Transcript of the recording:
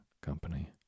company